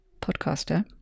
podcaster